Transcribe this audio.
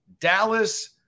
Dallas